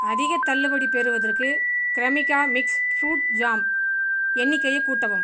அதிகத் தள்ளுபடி பெறுவதற்கு க்ரெமிகா மிக்ஸ் ஃப்ரூட் ஜாம் எண்ணிக்கையை கூட்டவும்